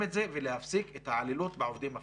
את זה ולהפסיק את ההתעללות בעובדים הפלסטינים.